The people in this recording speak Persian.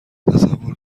تصور